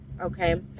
okay